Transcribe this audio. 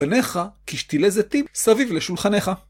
בנייך כשתילי זיתים סביב לשולחניך.